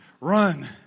run